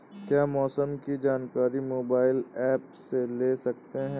क्या मौसम की जानकारी मोबाइल ऐप से ले सकते हैं?